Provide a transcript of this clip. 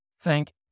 Thank